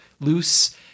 loose